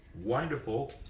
Wonderful